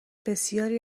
بسیاری